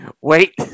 wait